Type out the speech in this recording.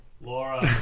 Laura